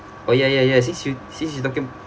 oh ya ya ya since you since you talking